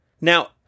Now